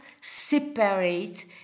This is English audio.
separate